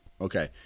Okay